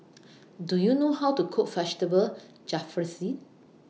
Do YOU know How to Cook Vegetable Jalfrezi